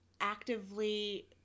actively